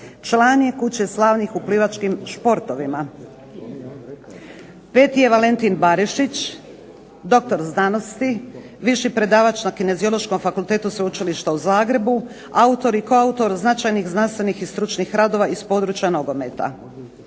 Član je kuće slavnih u plivačkim športovima. Peti je Valentin Barešić, doktor znanosti, viši predavač na Kineziološkom fakultetu sveučilišta u Zagrebu, autor i koautor značajnih znanstvenih i stručnih radova iz područja nogometa.